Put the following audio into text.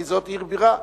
כי זו עיר בירה.